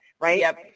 right